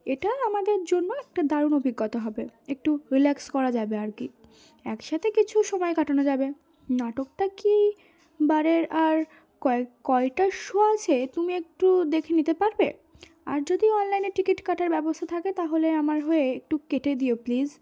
এটা আমাদের জন্য একটা দারুণ অভিজ্ঞতা হবে একটু রিল্যাক্স করা যাবে আর কি একসাথে কিছু সময় কাটানো যাবে নাটকটা কি বারের আর কয় কয়টার শো আছে তুমি একটু দেখে নিতে পারবে আর যদি অনলাইনে টিকিট কাটার ব্যবস্থা থাকে তাহলে আমার হয়ে একটু কেটে দিও প্লিজ